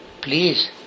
please